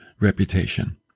reputation